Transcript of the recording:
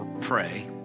pray